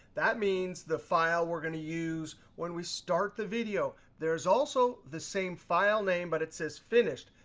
that means the file we're going to use when we start the video, there is also the same file name, but it says finished.